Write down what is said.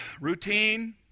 routine